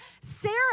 Sarah